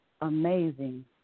amazing